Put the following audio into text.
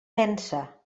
pensa